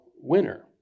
winner